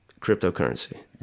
cryptocurrency